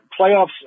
playoffs